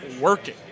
working